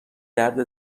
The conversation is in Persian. درد